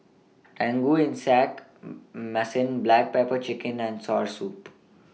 Tauge Ikan Masin Black Pepper Chicken and Soursop